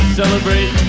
celebrate